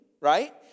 right